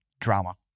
drama